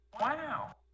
Wow